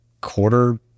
quarter